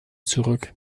zurück